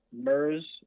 MERS